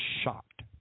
shocked